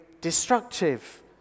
destructive